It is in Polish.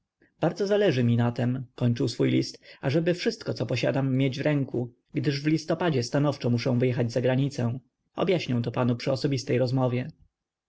bardzo zależy mi na tem kończył swój list ażeby wszystko co posiadam mieć w ręku gdyż w listopadzie stanowczo muszę wyjechać za granicę objaśnię to panu przy osobistej rozmowie